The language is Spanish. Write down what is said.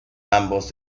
ambos